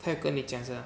他又跟你讲是吗